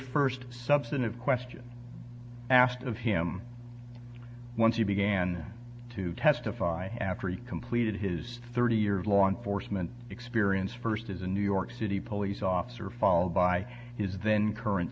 first substantive question asked of him once he began to testify after he completed his thirty year of law enforcement experience first as a new york city police officer followed by his then current